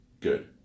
good